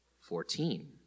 Fourteen